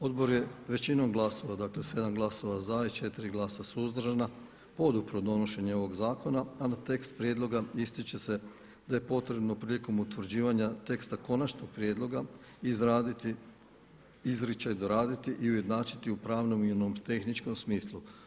Odbor je većinom glasova, dakle 7 glasova za i 4 glasa suzdržana podupro donošenje ovog zakona, a na tekst prijedloga ističe se da je potrebno prilikom utvrđivanja teksta konačnog prijedloga izraditi, izričaj doraditi i ujednačiti u pravnom i u nomotehničkom smislu.